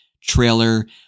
trailer